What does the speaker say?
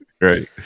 right